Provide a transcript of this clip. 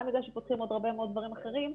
בגלל שפותחים עוד הרבה מאוד דברים אחרים,